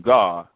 God